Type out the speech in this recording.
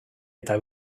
eta